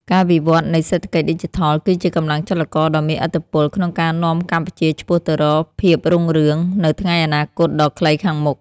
ការវិវត្តនៃសេដ្ឋកិច្ចឌីជីថលគឺជាកម្លាំងចលករដ៏មានឥទ្ធិពលក្នុងការនាំកម្ពុជាឆ្ពោះទៅរកភាពរុងរឿងនៅថ្ងៃអនាគតដ៏ខ្លីខាងមុខ។